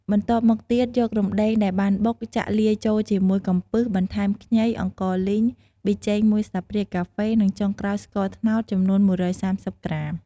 បន្ទាប់មកទៀត យករំដេងដែលបានបុក ចាក់លាយចូលជាមួយកំពឹស បន្ថែមខ្ញី អង្ករលីង ប៊ីចេង ១ស្លាបព្រាកាហ្វេ និងចុងក្រោយ ស្ករត្នោតចំនួន ១៣០ ក្រាម។